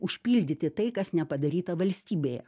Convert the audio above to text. užpildyti tai kas nepadaryta valstybėje